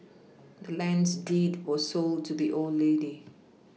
the land's deed was sold to the old lady